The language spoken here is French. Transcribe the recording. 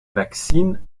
vaccine